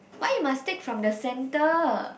why you must take from the center